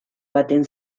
baten